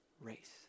race